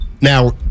Now